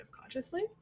consciously